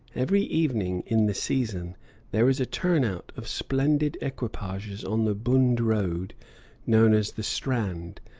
every evening in the season there is a turn-out of splendid equipages on the bund road known as the strand,